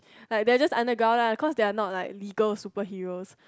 like they just underground lah cause they are not like legal superhero